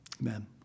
Amen